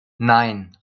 nein